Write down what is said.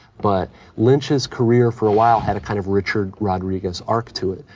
but lynch's career for a while had a kind of richard rodriguez arc to it.